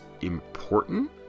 important